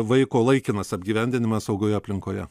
vaiko laikinas apgyvendinimas saugioje aplinkoje